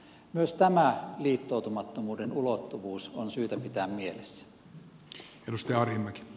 myös tämä liittoutumattomuuden ulottuvuus on syytä pitää mielessä